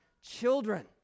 children